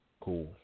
Cool